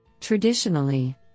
Traditionally